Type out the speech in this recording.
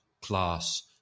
class